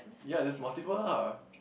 ya there's multiple lah